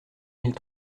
mille